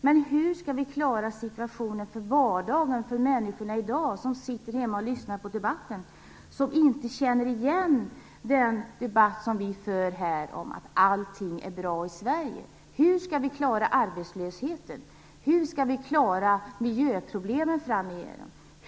Men hur skall vi klara vardagen för människorna som sitter hemma och lyssnar och som inte känner igen den debatt som vi för om att allting är bra i Sverige? Hur skall vi klara arbetslösheten? Hur skall vi klara miljöproblemen framöver?